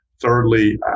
Thirdly